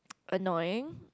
annoying